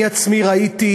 אני עצמי ראיתי,